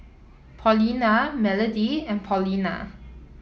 Paulina Melody and Paulina